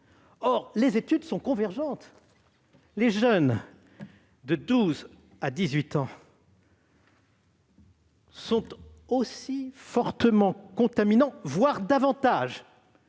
Or ces études sont convergentes : les jeunes âgés de 12 à 18 ans sont aussi contaminants, voire davantage